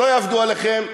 שלא יעבדו עליכם,